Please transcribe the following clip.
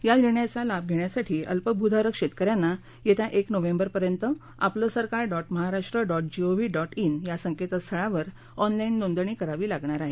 या निर्णयाचा लाभ घेण्यासाठी अल्पभूधारक शेतकऱ्यांना येत्या एक नोव्हेंबरपर्यंत Aaple Sarkar dot Maharashtra dot G O V dot in या संकेतस्थळावर ऑनलाईन नोंदणी करावी लागणार आहे